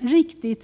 riktigt.